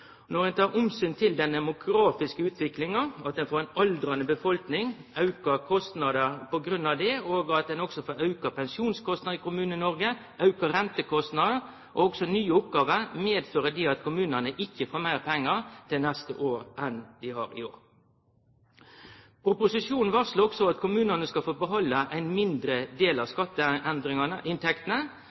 Når ein tek omsyn til den demografiske utviklinga, at ein får ei aldrande befolkning og auka kostnader på grunn av det, og at ein også får auka pensjonskostnader i Kommune-Noreg, auka rentekostnader og nye oppgåver, medfører det at kommunane ikkje får meir pengar til neste år enn dei har i år. Proposisjonen varslar også at kommunane skal få behalde ein mindre del av